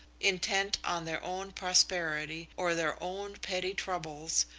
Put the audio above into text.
intent on their own prosperity or their own petty troubles,